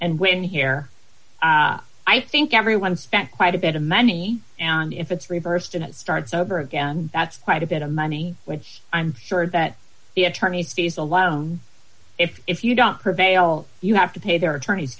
and win here i think everyone spent quite a bit of money and if it's reversed and it starts over again that's quite a bit of money but i'm sure that the attorneys fees alone if you don't prevail you have to pay their attorneys